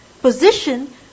position